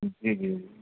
جی جی